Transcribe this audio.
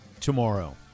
tomorrow